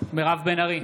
מירב בן ארי,